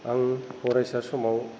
आं फरायसा समाव